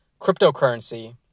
cryptocurrency